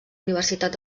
universitat